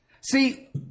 See